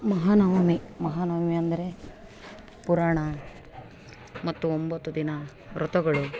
ಮಹಾನವಮಿ ಮಹಾನವಮಿ ಅಂದರೆ ಪುರಾಣ ಮತ್ತು ಒಂಬತ್ತು ದಿನ ವ್ರತಗಳು